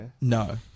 No